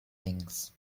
things